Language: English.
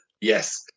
Yes